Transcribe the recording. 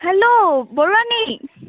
hello Baruani